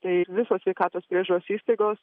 tai ir visos sveikatos priežiūros įstaigos